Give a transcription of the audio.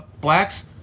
blacks